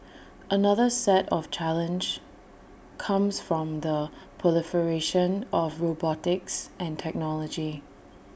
another set of challenge comes from the proliferation of robotics and technology